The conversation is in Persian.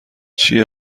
چیه